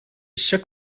shook